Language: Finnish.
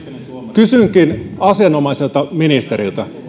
kysynkin asianomaiselta ministeriltä